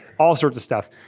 all sorts of stuff.